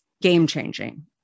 game-changing